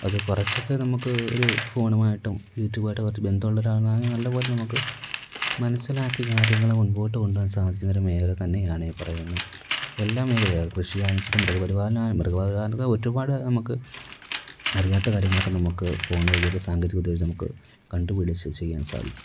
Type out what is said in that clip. അത് കുറച്ചൊക്കെ നമുക്ക് ഒരു ഫോണുമായിട്ടും യൂറ്റൂബ് ആയിട്ടും കുറച്ച് ബന്ധം ഉള്ള ഒരാൾ ആണെങ്കിൽ നല്ലപോലെ നമുക്ക് മനസിലാക്കി കാര്യങ്ങൾ മുൻപോട്ട് കൊണ്ടുപോകാൻ സാധിക്കുന്ന ഒരു മേഖല തന്നെയാണ് ഈ പറയുന്ന എല്ലാ മേഖലയും അത് കൃഷി ആയാലും ശരി മൃഗപരിപാലനം ആയാൽ മൃഗ പരിപാലനത്തിന് ഒരുപാട് നമുക്ക് അറിയാത്ത കാര്യങ്ങളൊക്കെ നമുക്ക് ഫോൺ വഴിയൊക്കെ സാങ്കേതികവിദ്യ വഴി നമുക്ക് കണ്ടുപിടിച്ച് ചെയ്യാൻ സാധിക്കും